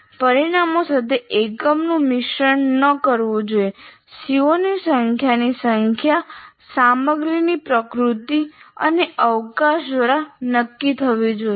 પરિણામો સાથે એકમોનું મિશ્રણ ન કરવું જોઈએ CO ની સંખ્યાની સંખ્યા સામગ્રીની પ્રકૃતિ અને અવકાશ દ્વારા નક્કી થવી જોઈએ